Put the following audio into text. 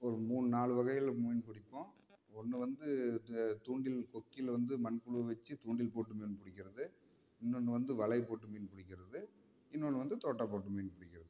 ஒரு மூணு நாலு வகையில் மீன் பிடிப்போம் ஒன்று வந்து இந்த தூண்டில் கொக்கியில வந்து மண்புழு வச்சு தூண்டில் போட்டு மீன் பிடிக்கறது இன்னொன்று வந்து வலை போட்டு மீன் பிடிக்கறது இன்னொன்று வந்து தோட்டா போட்டு மீன் பிடிக்கறது